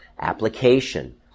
application